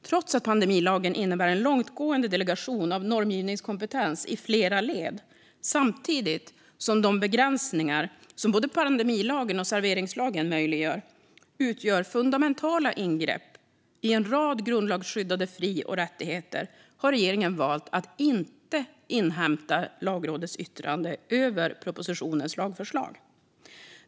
Trots att pandemilagen innebär en långtgående delegation av normgivningskompetens i flera led, samtidigt som de begränsningar som både pandemilagen och serveringslagen möjliggör utgör fundamentala ingrepp i en rad grundlagsskyddade fri och rättigheter, har regeringen valt att inte inhämta Lagrådets yttrande över propositionens lagförslag.